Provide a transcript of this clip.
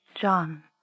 John